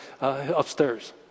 upstairs